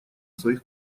своих